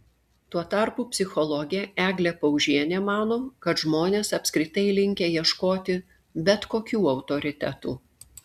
tuo tarpu psichologė eglė paužienė mano kad žmonės apskritai linkę ieškoti bet kokių autoritetų